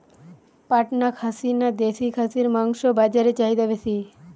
পাটনা খাসি না দেশী খাসির মাংস বাজারে চাহিদা বেশি?